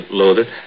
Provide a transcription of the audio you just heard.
loaded